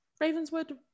Ravenswood